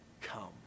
come